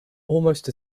almost